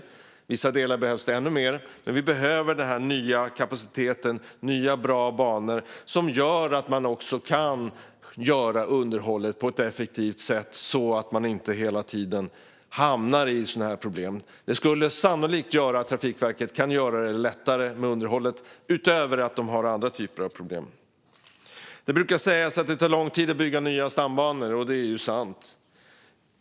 I vissa delar behövs det ännu mer. Vi behöver ny kapacitet och nya bra banor som gör att man också kan göra underhållet på ett effektivt sätt, så att man inte hela tiden hamnar i sådana här problem. Det skulle sannolikt göra det lättare för Trafikverket med underhållet, bortsett från att de har andra typer av problem. Det brukar sägas att det tar lång tid att bygga nya stambanor, och det är sant.